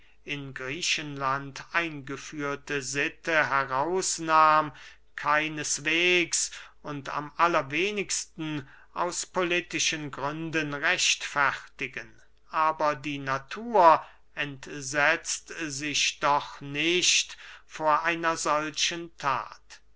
in griechenland eingeführte sitte herausnahm keineswegs und am allerwenigsten aus politischen gründen rechtfertigen aber die natur entsetzt sich doch nicht vor einer solchen that